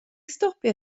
stopio